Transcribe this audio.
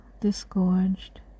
disgorged